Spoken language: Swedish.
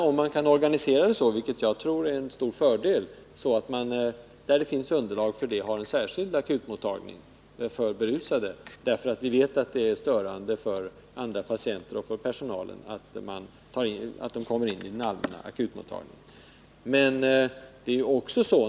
Finns det underlag för en särskild akutmottagning för berusade, tror jag det skulle vara en stor fördel, eftersom vi vet att det är störande för andra patienter och för personalen om berusade tas in på den allmänna akutmottagningen.